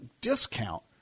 discount